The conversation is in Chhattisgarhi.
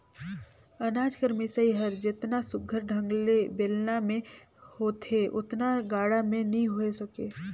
अनाज कर मिसई हर जेतना सुग्घर ढंग ले बेलना मे होथे ओतना गाड़ा मे नी होए सके